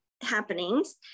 Happenings